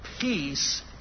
peace